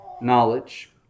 knowledge